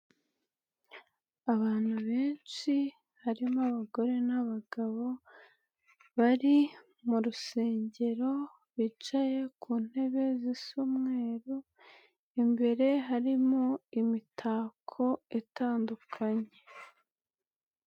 Abantu benshi harimo abagore n'abagabo, bari mu rusengero bicaye ku ntebe zisa umweru, imbere harimo imitako itandukanye.